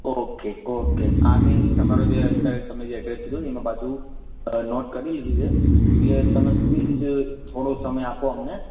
okay okay આ મેં તમારો જે અત્યારે તમે જે એડ્રેસ કીધું એ બાજુ નોટ કરી લીધું છે એટલે તમે પ્લીજ થોડો સમય આપો અમને